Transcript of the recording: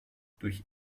durch